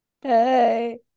hey